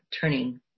turning